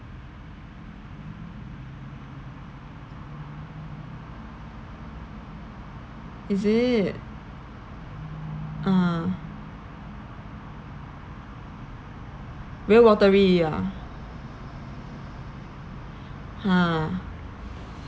is it ah very watery ah !huh!